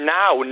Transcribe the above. now